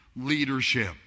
leadership